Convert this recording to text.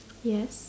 yes